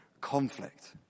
conflict